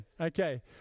okay